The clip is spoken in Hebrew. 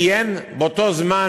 כיהן באותו זמן,